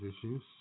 issues